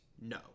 no